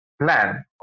plan